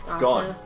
Gone